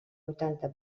vuitanta